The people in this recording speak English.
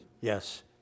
Yes